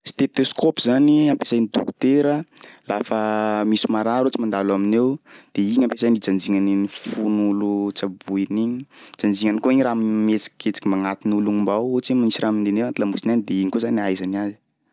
Stetôskôpy zany ampiasain'ny dokotera lafa misy marary ohatsy mandalo aminy eo de igny ampiasainy ijanjignany iny fon'olo tsaboiny igny, ijanjignany koa igny raha mihetsiketsiky magnatin'olo mbao ohatsy hoe misy raha mandehandeha agnaty lamosiny agny de igny koa zany ahaizany azy.